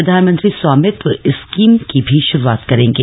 प्रधानमंत्री स्वामित्व स्कीम की शुरूआत भी करेंगे